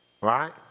Right